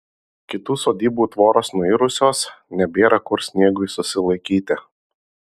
kitų sodybų tvoros nuirusios nebėra kur sniegui susilaikyti